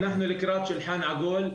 אנחנו לקראת שולחן עגול.